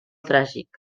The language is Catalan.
tràgic